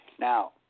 Now